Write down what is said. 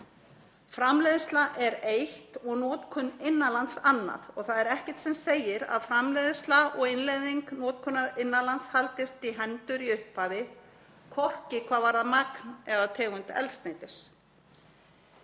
Framleiðsla er eitt og notkun innan lands annað og það er ekkert sem segir að framleiðsla og innleiðing notkunar innan lands haldist í hendur í upphafi, hvorki hvað varðar magn né tegund eldsneytis.